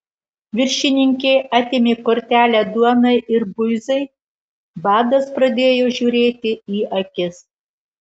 viršininkė atėmė kortelę duonai ir buizai badas pradėjo žiūrėti į akis